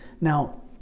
Now